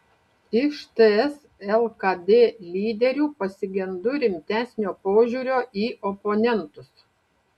iš ts lkd lyderių pasigendu rimtesnio požiūrio į oponentus